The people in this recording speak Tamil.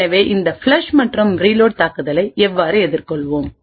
எனவே இந்த ஃப்ளஷ் மற்றும் ரீலோட் தாக்குதலை எவ்வாறு எதிர்கொள்வோம்